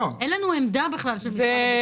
לא שמענו את העמדה של משרד הביטחון.